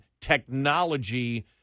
technology